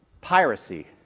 Piracy